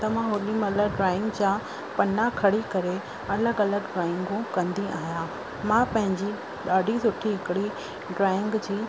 त मां होॾी महिल ड्रॉइंग जा पना खणी करे अलॻि अलॻि ड्रॉइंगू कंदी आहियां मां पंहिंजी ॾाढी सुठी हिकिड़ी ड्रॉइंग जी